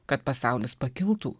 kad pasaulis pakiltų